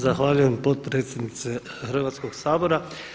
Zahvaljujem potpredsjednice Hrvatskog sabora.